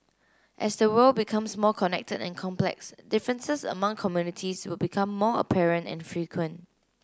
as the world becomes more connected and complex differences among communities will become more apparent and frequent